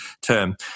term